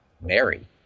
mary